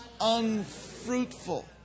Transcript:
unfruitful